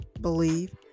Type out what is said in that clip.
believe